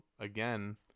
Again